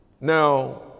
Now